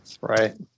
Right